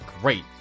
Great